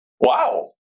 wow